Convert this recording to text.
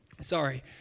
Sorry